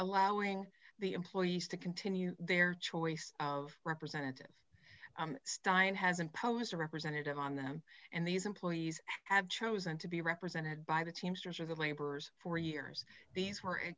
allowing the employees to continue their choice of representatives stein has imposed representatives on them and these employees have chosen to be represented by the teamsters of neighbors for years these were